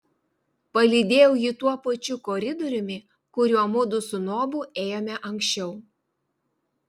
palydėjau jį tuo pačiu koridoriumi kuriuo mudu su nobu ėjome anksčiau